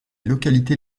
localités